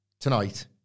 Tonight